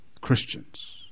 Christians